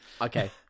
Okay